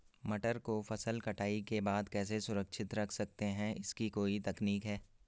मटर को फसल कटाई के बाद कैसे सुरक्षित रख सकते हैं इसकी कोई तकनीक है?